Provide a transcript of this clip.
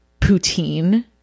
poutine